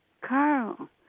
Carl